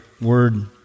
Word